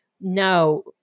No